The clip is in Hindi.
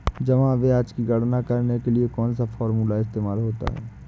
जमा ब्याज की गणना करने के लिए कौनसा फॉर्मूला इस्तेमाल होता है?